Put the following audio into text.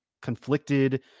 conflicted